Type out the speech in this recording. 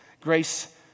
Grace